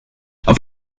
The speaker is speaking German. auf